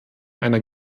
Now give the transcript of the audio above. einer